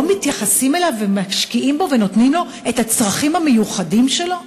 לא מתייחסים אליו ומשקיעים בו ונותנים לו את הצרכים המיוחדים שלו?